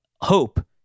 hope